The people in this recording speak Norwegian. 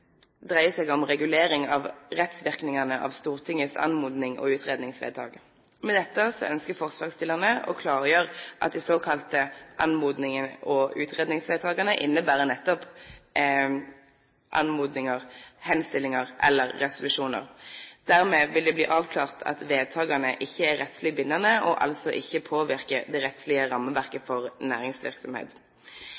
dreier seg om regulering av rettsvirkningene av Stortingets anmodnings- og utredningsvedtak. Med dette ønsker forslagsstillerne å klargjøre at de såkalte anmodnings- og utredningsvedtakene innebærer nettopp anmodninger, henstillinger eller resolusjoner. Dermed vil det bli avklart at vedtakene ikke er rettslig bindende, og altså ikke påvirker det rettslige rammeverket